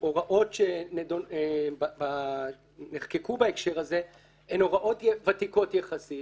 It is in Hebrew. ההוראות שנחקקו בהקשר הזה הן הוראות ותיקות יחסית